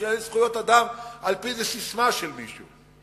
שאלה זכויות אדם על-פי איזו ססמה של מישהו.